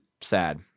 sad